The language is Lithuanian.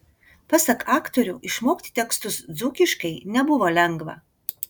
pasak aktorių išmokti tekstus dzūkiškai nebuvo lengva